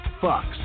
Fox